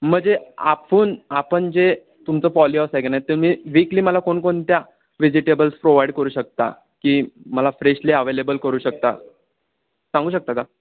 म्हणजे आपण आपण जे तुमचं पॉलीआऊस आहे की नाही तुम्ही वीकली मला कोणकोणत्या वेजिटेबल्स प्रोव्हाइड करू शकता की मला फ्रेशली अवेलेबल करू शकता सांगू शकता का